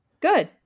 Good